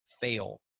fail